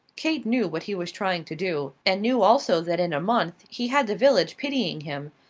kate knew what he was trying to do, and knew also that in a month he had the village pitying him,